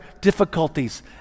difficulties